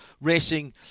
racing